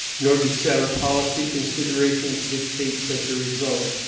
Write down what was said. nor do sound policy considerations dictate such a result.